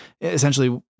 essentially